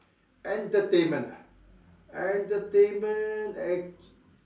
entertainment ah entertainment act~